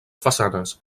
façanes